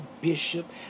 bishop